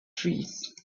trees